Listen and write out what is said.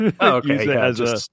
okay